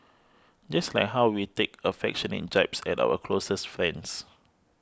just like how we take affectionate jibes at our closest friends